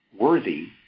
worthy